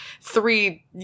three